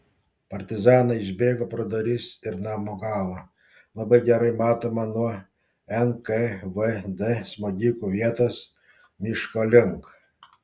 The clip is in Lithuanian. partizanai išbėgo pro duris ir namo galą labai gerai matomą nuo nkvd smogikų vietos miško link